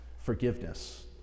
forgiveness